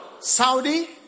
Saudi